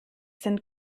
sind